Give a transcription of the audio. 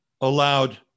allowed